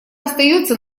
остается